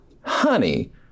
Honey